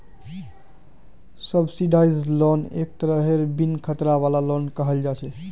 subsidised loan एक तरहेर बिन खतरा वाला लोन कहल जा छे